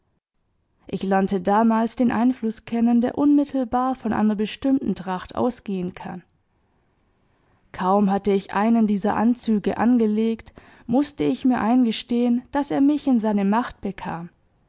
ich lernte damals den einfluß kennen der unmittelbar von einer bestimmten tracht ausgehen kann kaum hatte ich einen dieser anzüge angelegt mußte ich mir eingestehen daß er mich in seine macht bekam